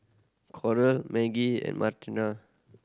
Coral Maggie and Martina